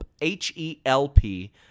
H-E-L-P